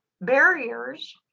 barriers